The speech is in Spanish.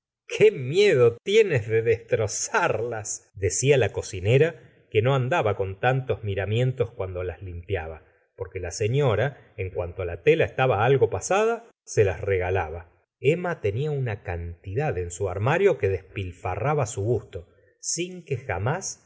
qué miedo tienes de destrozarlas decia la cocinera que no andaba con tantos miramientos cuando las limpiaba porqne la señora en cuanto la tela estaba algo pasada se las regalaba emma tenia una cantidad en su armario que despilfarraba á su gusto sin que jamás